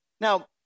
Now